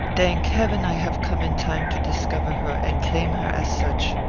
thank heaven, i have come in time to discover her, and claim her as such.